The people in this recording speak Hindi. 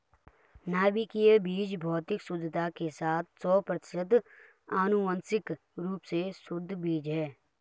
नाभिकीय बीज भौतिक शुद्धता के साथ सौ प्रतिशत आनुवंशिक रूप से शुद्ध बीज है